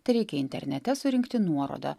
tereikia internete surinkti nuorodą